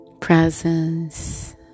presence